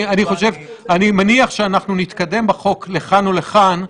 אני מניח שאנחנו נתקדם בחוק לכאן או לכאן,